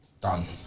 Done